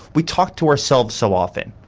we talk to ourselves so often,